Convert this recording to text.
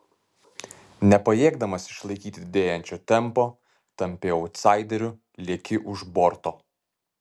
nepajėgdamas išlaikyti didėjančio tempo tampi autsaideriu lieki už borto